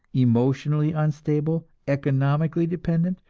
emotionally unstable, economically dependent,